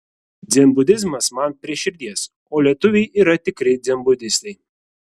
dzenbudizmas man prie širdies o lietuviai yra tikri dzenbudistai